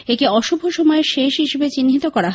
একে অশুভ সময়ের শেষ হিসেবে চিহ্নিত করা হয়